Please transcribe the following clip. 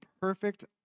perfect